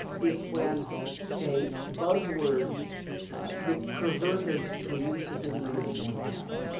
is when a buzz word gets perverted to a use it didn't originally have.